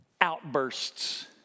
outbursts